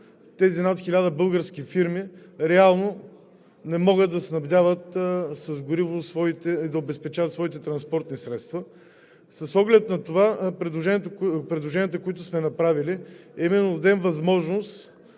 тези над 1000 български фирми реално не могат да снабдяват с гориво и да обезпечават своите транспортни средства. С оглед на това предложенията, които сме направили, са именно да им дадем възможност